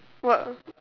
what